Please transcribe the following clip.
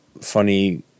funny